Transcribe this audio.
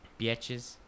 bitches